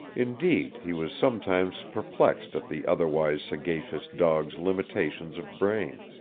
indeed, he was sometimes perplexed at the otherwise sagacious dog's limitations of brain.